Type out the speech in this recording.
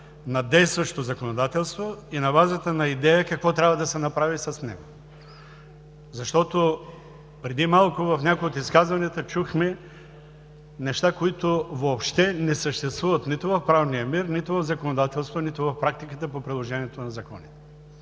на действащото законодателство и на базата на идея какво трябва да се направи с него. Преди малко в някои от изказванията чухме неща, които въобще не съществуват нито в правния мир, нито в законодателството, нито в практиките по приложението на Закона.